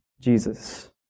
Jesus